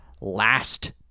Last